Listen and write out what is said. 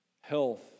Health